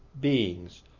beings